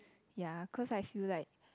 ya cause I feel like